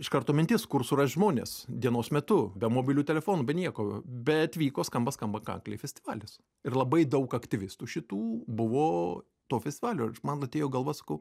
iš karto mintis kur surast žmones dienos metu be mobilių telefonų be nieko bet vyko skamba skamba kankliai festivalis ir labai daug aktyvistų šitų buvo to festivalio ir man atėjo galva sakau